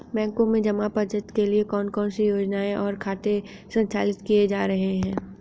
बैंकों में जमा बचत के लिए कौन कौन सी योजनाएं और खाते संचालित किए जा रहे हैं?